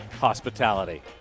Hospitality